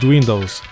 Windows